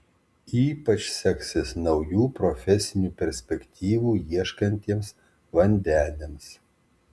ypač seksis naujų profesinių perspektyvų ieškantiems vandeniams